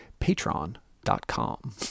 patreon.com